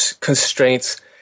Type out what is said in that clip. constraints